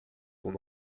son